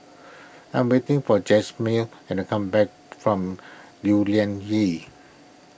I am waiting for Jasmin and come back from Lew Lian Vale